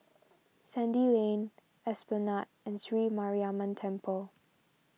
Sandy Lane Esplanade and Sri Mariamman Temple